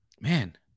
man